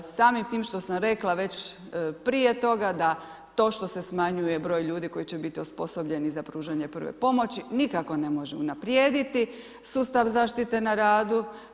Samim time što sam rekla već prije toga da to što se smanjuje broj ljudi koji će biti osposobljeni za pružanje prve pomoći nikako ne može unaprijediti sustav zaštite na radu.